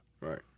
Right